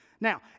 Now